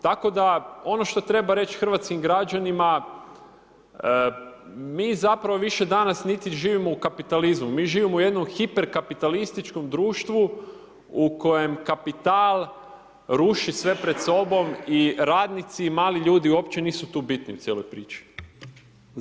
Tako da, ono što treba reći hrvatskim građanima mi zapravo više danas niti živimo u kapitalizmu, mi živimo u jednom hiper kapitalističkom društvu u kojem kapital ruši sve pred sobom i radnici i mali ljudi uopće nisu tu bitni u cijeloj priči.